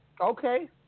Okay